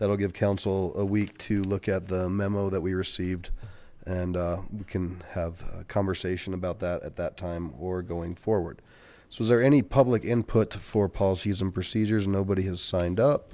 will give council a week to look at the memo that we received and we can have a conversation about that at that time or going forward so is there any public input for policies and procedures and nobody has signed up